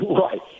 Right